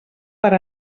per